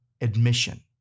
admission